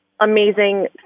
amazing